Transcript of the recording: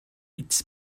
its